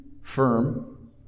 firm